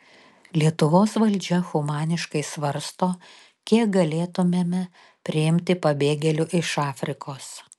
lietuvos valdžia humaniškai svarsto kiek galėtumėme priimti pabėgėlių iš afrikos